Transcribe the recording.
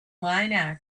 line